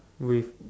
with